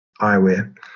eyewear